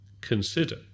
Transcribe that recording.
consider